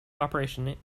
operation